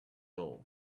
all